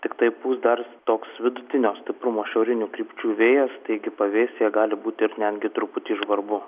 tiktai pūs dar toks vidutinio stiprumo šiaurinių krypčių vėjas taigi pavėsyje gali būti ir netgi truputį žvarbu